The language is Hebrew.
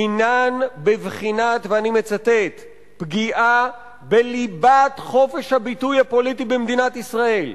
הינן בבחינתט: "פגיעה בליבת חופש הביטוי הפוליטי במדינת ישראל".